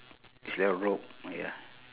it's like a robe ya